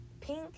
pink